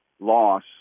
loss